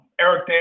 Eric